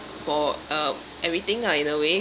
for uh everything lah in a way